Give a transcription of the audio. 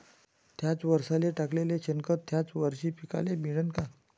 थ्याच वरसाले टाकलेलं शेनखत थ्याच वरशी पिकाले मिळन का?